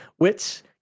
Wits